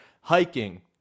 Hiking